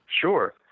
Sure